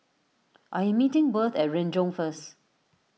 I am meeting Worth at Renjong first